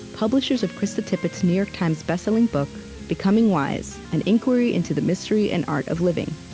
publishers of krista tippett's new york times bestselling book becoming wise an inquiry into the mystery and art of living.